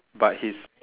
but his